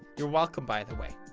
you're welcome by the way.